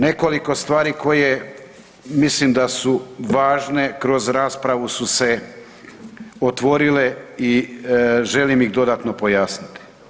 Nekoliko stvari koje mislim da su važne kroz raspravu su se otvorile i želim ih dodatno pojasniti.